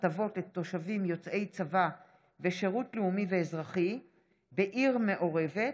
הטבות לתושבים יוצאי צבא ושירות לאומי ואזרחי בעיר מעורבת,